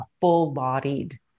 full-bodied